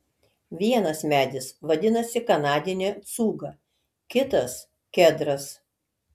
vienas medis vadinasi kanadinė cūga kitas kedras